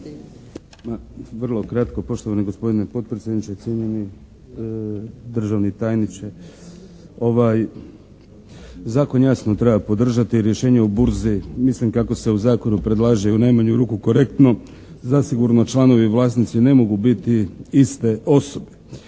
vrlo kratko poštovani gospodine potpredsjedniče, cijenjeni državni tajniče. Ovaj zakon jasno treba podržati i rješenje u burzi. Mislim kako se u zakonu predlaže i u najmanju ruku korektno zasigurno članovi vlasnici ne mogu biti iste osobe.